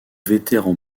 vétéran